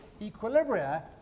equilibria